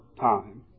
time